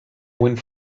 went